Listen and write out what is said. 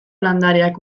landareak